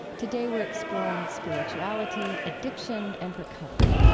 today, we are exploring spirituality, addiction, and recovery